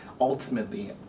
ultimately